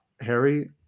Harry